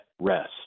rest